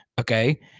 okay